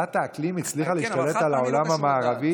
דת האקלים הצליחה להשתלט על העולם המערבי.